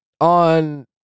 on